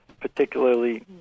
particularly